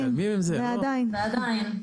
ועדיין.